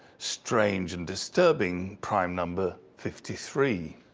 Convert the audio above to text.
strange and disturbing prime number fifty three.